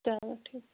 چلو ٹھیٖک